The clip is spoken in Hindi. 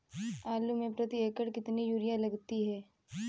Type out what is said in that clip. आलू में प्रति एकण कितनी यूरिया लगती है?